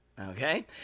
Okay